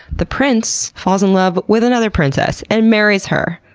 the prince falls in love with another princess and marries her,